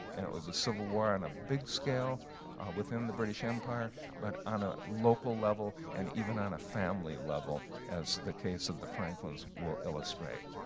and it was a civil war on a big scale within the british empire but on a local level and even on a family level as the case of the franklins will illustrate.